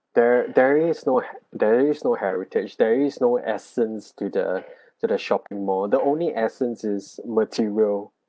there there is no he~ there is no heritage there is no essence to the to the shopping mall the only essence is material